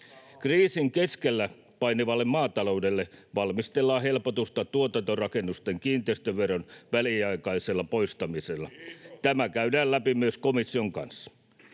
Kriisin keskellä painivalle maataloudelle valmistellaan helpotusta tuotantorakennusten kiinteistöveron väliaikaisella poistamisella. [Juha Mäenpää: Kiitos!] Tämä käydään läpi myös komission kanssa.